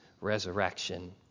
resurrection